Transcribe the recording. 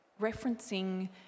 referencing